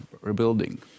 rebuilding